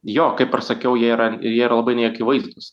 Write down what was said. jo kaip ir sakiau jie yra jie yra labai neakivaizdūs